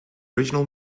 original